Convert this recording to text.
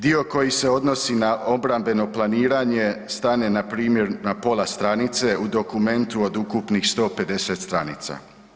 Dio koji se odnosi na obrambeno planiranje stane npr. na pola stranice, u dokumentu od ukupnih 150 stranica.